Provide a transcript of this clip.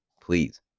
Please